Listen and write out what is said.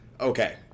Okay